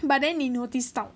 but then 你 notice 到